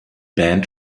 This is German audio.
band